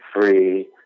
free